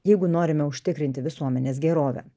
jeigu norime užtikrinti visuomenės gerovę